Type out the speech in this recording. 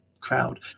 crowd